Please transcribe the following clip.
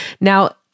Now